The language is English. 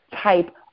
type